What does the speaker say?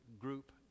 group